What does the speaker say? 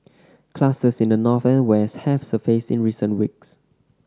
clusters in the north and west have surfaced in recent weeks